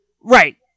Right